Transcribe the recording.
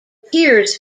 piers